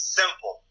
simple